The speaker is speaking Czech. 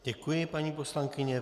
Děkuji paní poslankyni.